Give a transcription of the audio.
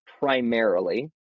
primarily